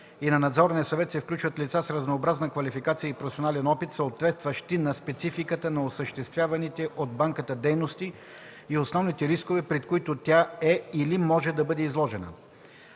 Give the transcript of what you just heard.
и на надзорния съвет се включват лица с разнообразна квалификация и професионален опит, съответстващи на спецификата на осъществяваните от банката дейности и основните рискове, пред които тя е или може да бъде изложена.